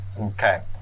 okay